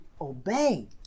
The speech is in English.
obey